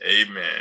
amen